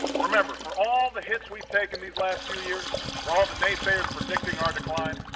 remember, for all the hits we've taken these last few years, for all the naysayers predicting our decline,